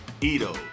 Edo